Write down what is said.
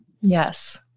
Yes